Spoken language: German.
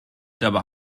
dabei